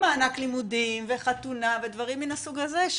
מענק לימודים וחתונה ודברים מן הסוג הזה,